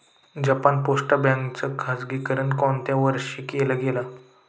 Japan post bank च खाजगीकरण कोणत्या वर्षी केलं गेलं?